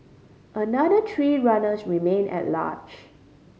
another three runners remain at large